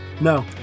No